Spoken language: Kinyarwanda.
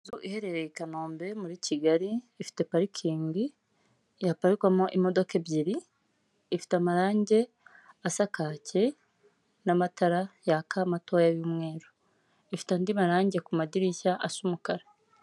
Inzu iherereye i Kanombe muri Kigali, ifite parikingi haparikwamo imodoka ebyiri, ifite amarangi asa kake n'amatara yaka matoya y'umweru, ifite andi marangi ku madirishya asa umukara.